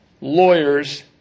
lawyers